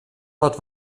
hat